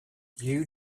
you